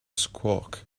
squawk